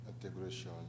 integration